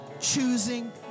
choosing